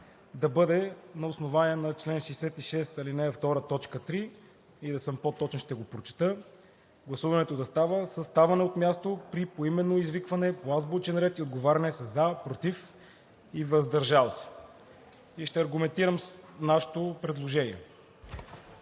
да бъде на основание на чл. 66, ал. 2, т. 3 и за да съм по-точен, ще го прочета: „Гласуването да става със ставане от място при поименно извикване по азбучен ред и отговаряне със „за“, „против“ и „въздържал се“.“ Ще аргументирам нашето предложение.